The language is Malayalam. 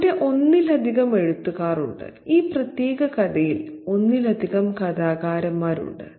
ഇവിടെ ഒന്നിലധികം എഴുത്തുകാർ ഉണ്ട് ഈ പ്രത്യേക കഥയിൽ ഒന്നിലധികം കഥാകാരന്മാരുണ്ട്